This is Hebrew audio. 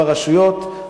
ברשויות,